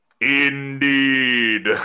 Indeed